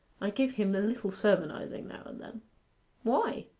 i give him a little sermonizing now and then why?